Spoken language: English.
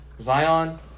Zion